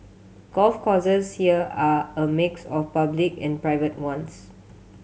golf courses here are a mix of public and private ones